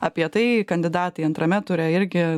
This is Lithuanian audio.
apie tai kandidatai antrame ture irgi